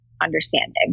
understanding